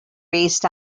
based